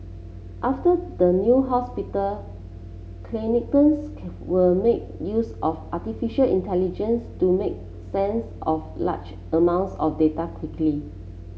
after the new hospital clinicians were make use of artificial intelligence to make sense of large amounts of data quickly